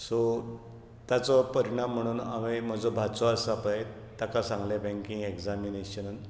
so ताचो परिणाम म्हणून हांवें म्हजो भाचो आसा पळय ताका सांगलें बँकींग एग्जॅमिनेशन